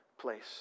place